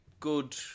Good